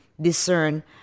discern